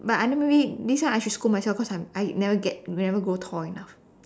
but I never really means then I should scold myself cause I'm I never get never grow tall enough